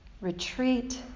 retreat